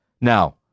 Now